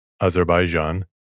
Azerbaijan